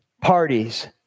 parties